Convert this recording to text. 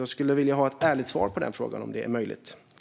Jag skulle vilja ha ett ärligt svar på den, om det är möjligt.